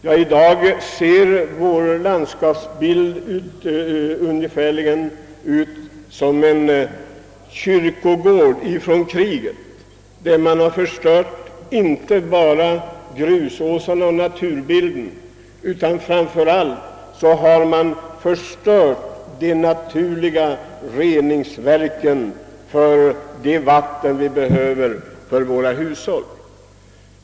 Ja, nu ser vår landskapsbild ungefärligen ut som en krigskyrkogård. Det är inte bara grusåsarna och naturbilden som har förstörts utan även — vad som är viktigare — de naturliga reningsverken för det vatten vi behöver till våra hushåll.